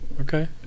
Okay